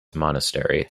monastery